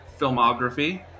filmography